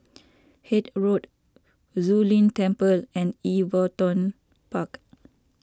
Hythe Road Zu Lin Temple and Everton Park